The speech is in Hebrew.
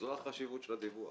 זו החשיבות של הדיווח.